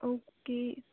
okay